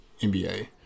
NBA